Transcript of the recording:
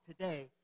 today